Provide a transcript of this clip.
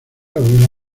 abuela